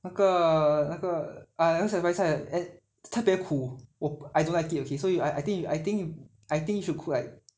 那个那个 err 那个小白菜 and 特别苦我 I don't like it okay so you I think you I think I think should cook like